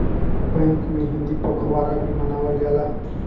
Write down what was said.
bank में हिंदी पखवाड़ा भी मनावल जाला